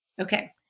Okay